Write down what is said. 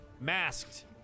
masked